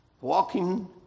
walking